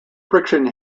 friction